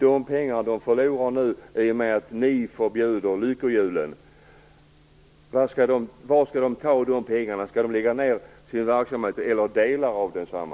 De pengar de förlorar nu i och med att ni förbjuder lyckohjulen - var skall de ta dem? Skall de lägga ned sin verksamhet eller delar av densamma?